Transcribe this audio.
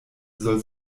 soll